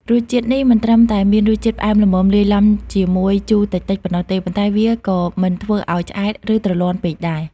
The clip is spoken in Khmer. រសជាតិនេះមិនត្រឹមតែមានរសជាតិផ្អែមល្មមលាយឡំជាមួយជូរតិចៗប៉ុណ្ណោះទេ ប៉ុន្តែវាក៏មិនធ្វើឲ្យឆ្អែត ឬទ្រលាន់ពេកដែរ។